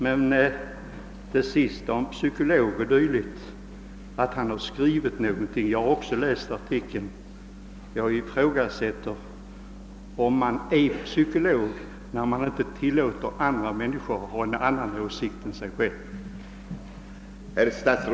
Beträffande det sista om att en Psykolog har skrivit någonting — jag har också läst artikeln — så ifrågasätter jag om man är psykolog när man inte tillåter andra människor att ha en annan åsikt än man själv har.